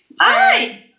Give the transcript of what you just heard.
Hi